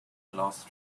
lost